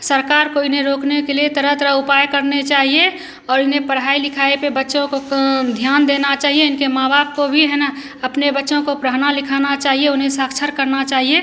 सरकार को इन्हें रोकने के लिए तरह तरह के उपाय करने चाहिए और इन्हें पढ़ाई लिखाई पर बच्चों को काम ध्यान देना चहिए इनके माँ बाप को भी है न अपने बच्चों को पढ़ाना लिखाना चाहिए उन्हें साक्षर करना चाहिए